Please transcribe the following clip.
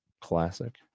classic